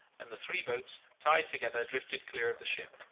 and the three boats, tied together, drifted clear of the ship.